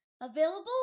available